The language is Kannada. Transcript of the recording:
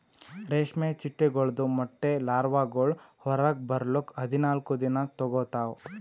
ರೇಷ್ಮೆ ಚಿಟ್ಟೆಗೊಳ್ದು ಮೊಟ್ಟೆ ಲಾರ್ವಾಗೊಳ್ ಹೊರಗ್ ಬರ್ಲುಕ್ ಹದಿನಾಲ್ಕು ದಿನ ತೋಗೋತಾವ್